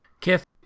Kith